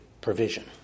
provision